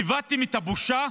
איבדתם את הבושה?